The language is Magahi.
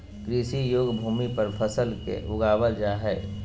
कृषि योग्य भूमि पर फसल के उगाबल जा हइ